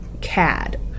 CAD